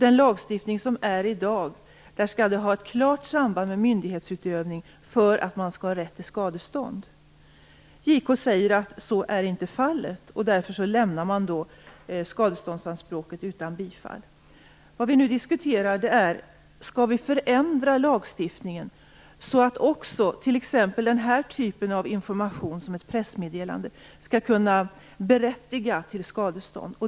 Den lagstiftning som finns i dag innebär att det skall finnas ett klart samband med myndighetsutövning för att företaget skall ha rätt till skadestånd. JK säger att så inte är fallet, och därför lämnar man skadeståndsanspråket utan bifall. Vad vi nu diskuterar är om vi skall förändra lagstiftningen så att också t.ex. denna typ av information - ett pressmeddelande - skall kunna berättiga till skadestånd.